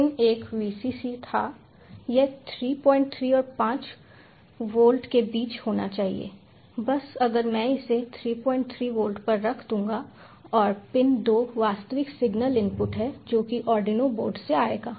pin 1 Vcc था यह 33 और 5 वोल्ट के बीच होना चाहिए बस अगर मैं इसे 33 वोल्ट पर रख दूंगा और पिन दो वास्तविक सिग्नल इनपुट है जो कि आर्डिनो बोर्ड से आएगा